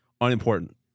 unimportant